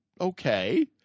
okay